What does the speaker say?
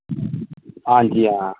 आं जी आं